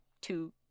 two